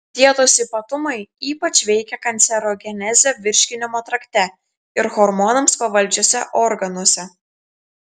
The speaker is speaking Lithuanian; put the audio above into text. dietos ypatumai ypač veikia kancerogenezę virškinimo trakte ir hormonams pavaldžiuose organuose